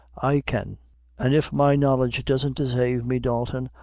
i can an', if my knowledge doesn't desave me, dalton,